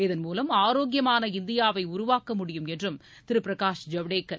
இதன்மூலம் ஆரோக்கியமான இந்தியாவை உருவாக்க முடியும் என்றும் திரு பிரகாஷ் ஐவ்டேகர் தெரிவித்தார்